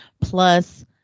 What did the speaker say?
plus